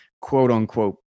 quote-unquote